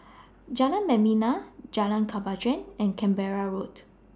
Jalan Membina Jalan Kemajuan and Canberra Road